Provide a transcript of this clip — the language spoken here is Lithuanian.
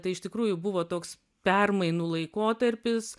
tai iš tikrųjų buvo toks permainų laikotarpis